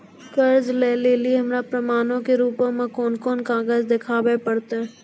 कर्जा लै लेली हमरा प्रमाणो के रूपो मे कोन कोन कागज देखाबै पड़तै?